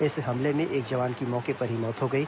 इस हमले में एक जवान की मौके पर ही मौत हो गई